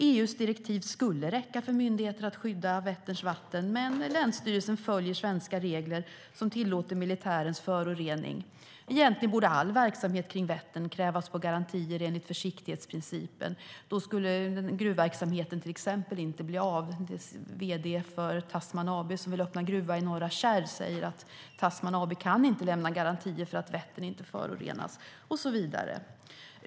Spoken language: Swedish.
EU:s direktiv skulle räcka för myndigheter att skydda Vätterns vatten. Men länsstyrelsen följer svenska regler som tillåter militärens förorening. Egentligen borde all verksamhet kring Vättern krävas på garantier enligt försiktighetsprincipen. Då skulle till exempel gruvverksamheten inte bli av. Vd:n för Tasman Metals AB som vill öppna gruva i Norra Kärr säger att företaget inte kan lämna garantier för att Vättern inte förorenas och så vidare.